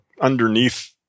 underneath